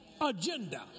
agenda